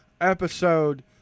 episode